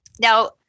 Now